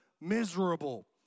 miserable